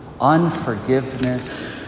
Unforgiveness